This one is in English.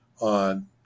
on